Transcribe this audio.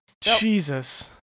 jesus